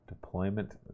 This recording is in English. Deployment